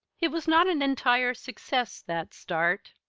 it was not an entire success that start.